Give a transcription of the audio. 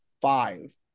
five